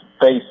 face